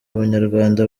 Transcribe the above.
abanyarwanda